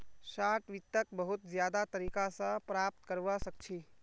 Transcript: short वित्तक बहुत ज्यादा तरीका स प्राप्त करवा सख छी